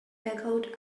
echoed